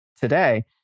today